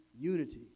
unity